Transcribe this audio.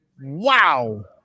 wow